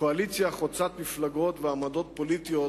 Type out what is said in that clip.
קואליציה חוצה מפלגות ועמדות פוליטיות